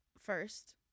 first